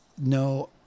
no